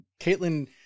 Caitlin